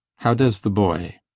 how does the boy?